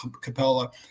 Capella